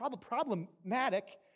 problematic